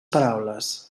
paraules